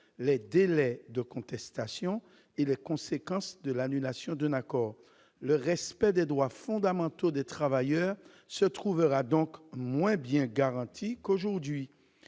les délais de contestation et les conséquences de l'annulation d'un accord. Le respect des droits fondamentaux des travailleurs se trouvera donc moins bien garanti qu'aujourd'hui.